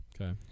Okay